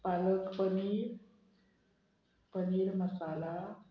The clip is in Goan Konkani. पालक पनीर पनीर मसाला